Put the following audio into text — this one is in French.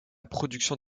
production